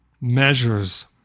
measures